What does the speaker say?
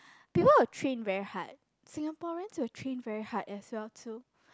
people will train very hard Singaporeans will train very hard as well too